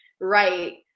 right